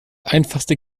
einfachste